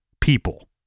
people